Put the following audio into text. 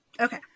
Okay